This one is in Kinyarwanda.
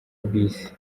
bisi